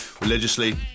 religiously